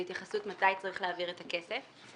והתייחסות מתי צריך להעביר את הכסף.